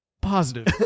positive